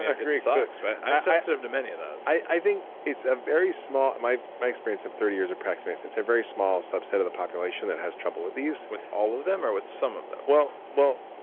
and sucks, but i'm sensitive to many of those i think it's a very small. my my experience of thirty years of practicing, it's it's a very small subset of the population that has trouble with these with all of them, or with some of them? well well,